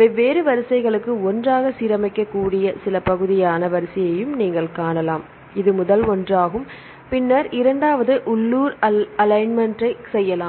வெவ்வேறு வரிசைகளுக்கு ஒன்றாக சீரமைக்கக்கூடிய சில பகுதியான வரிசையையும் நீங்கள் காணலாம் இது முதல் ஒன்றாகும் பின்னர் இரண்டாவது உள்ளூர் அலைன்மென்ட்டைச் செய்யலாம்